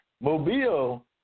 Mobile